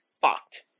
fucked